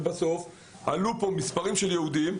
ובסוף עלו פה מספרים של יהודים,